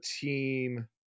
team